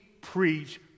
preach